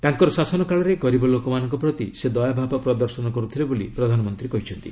ତାଙ୍କର ଶାସନ କାଳରେ ଗରିବ ଲୋକମାନଙ୍କ ପ୍ରତି ସେ ଦୟାଭାବ ପ୍ରଦର୍ଶନ କରୁଥିଲେ ବୋଲି ପ୍ରଧାନମନ୍ତ୍ରୀ କହିଛନ୍ତି